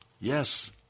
Yes